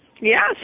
Yes